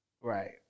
Right